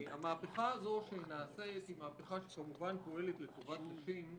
המהפכה הזאת הזו שנעשית היא מהפכה שכמובן פועלת לטובת נשים,